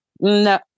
No